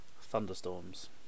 thunderstorms